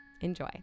Enjoy